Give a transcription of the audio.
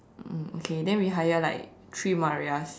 mm okay then we hire like three Marias